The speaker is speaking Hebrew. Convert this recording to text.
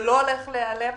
זה לא הולך להיעלם,